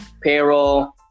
Payroll